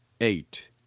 Eight